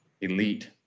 elite